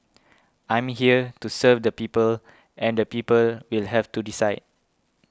I'm here to serve the people and the people will have to decide